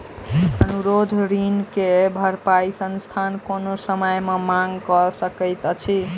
अनुरोध ऋण के भरपाई संस्थान कोनो समय मे मांग कय सकैत अछि